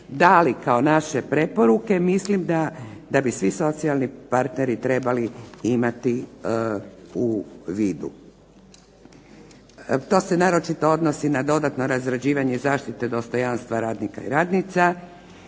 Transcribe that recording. dali kao naše preporuke mislim da bi svi socijalni partneri imati u vidu. To se naročito odnosi na dodatno razrađivanje zaštite dostojanstva radnika i radnica